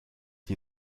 die